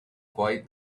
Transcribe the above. quite